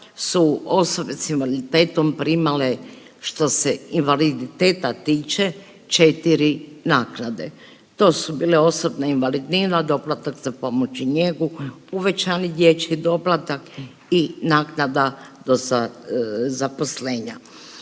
su osobe s invaliditetom primale, što se invaliditeta tiče, 4 naknade. To su bile osobne invalidnina, doplatak za pomoć i njegu, uvećani dječji doplatak i naknada .../Govornik